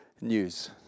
news